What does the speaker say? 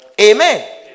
Amen